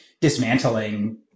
dismantling